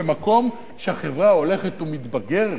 במקום שהחברה הולכת ומתבגרת.